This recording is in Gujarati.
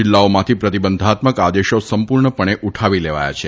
જીલ્લાઓમાંથી પ્રતિબંધાત્મક આદેશો સંપુર્ણ પણે ઉઠાવી લેવાયા છે